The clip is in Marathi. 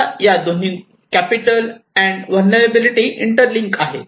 आता दोन्ही गोष्टी कॅपिटल अँड व्हलनेरलॅबीलीटी इंटरलींक आहेत